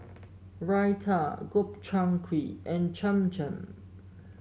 Raita Gobchang Gui and Cham Cham